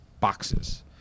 boxes